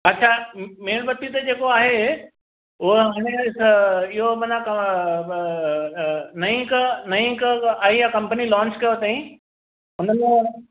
अछा मेणबती त जेको आहे उहो हाणे इहो माना नई हिकु नई हिकु आई आहे कंपनी लौंच कयो अथईं हुननि जो